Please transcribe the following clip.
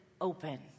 open